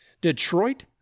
Detroit